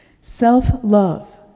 self-love